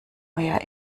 euer